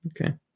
Okay